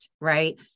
right